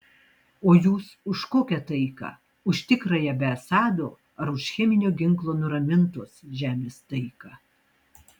o jūs už kokią taiką už tikrąją be assado ar už cheminio ginklo nuramintos žemės taiką